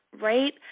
right